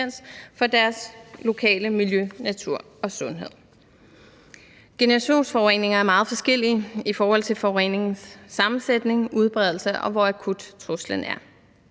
for deres lokale miljø, natur og sundhed. Generationsforureninger er meget forskellige i forhold til forureningens sammensætning, udbredelse, og hvor akut truslen er.